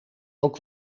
ook